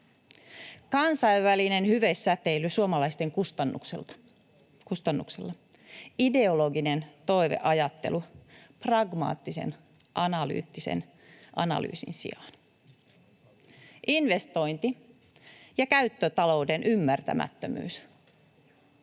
kansainvälinen hyvesäteily suomalaisten kustannuksella, ideologinen toiveajattelu pragmaattisen, analyyttisen analyysin sijaan, investointi- ja käyttötalouden ymmärtämättömyys